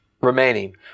remaining